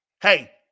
Hey